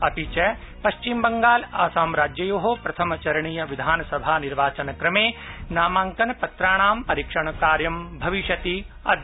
अपि च पश्चिमबंगाल आसाम राज्ययोः प्रथम चरणीय विधानसभा निर्वाचनक्रमे नामांकनपत्राणां परीक्षणकार्यं भविष्यति अद्य